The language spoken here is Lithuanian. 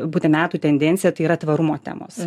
būtent metų tendencija tai yra tvarumo temos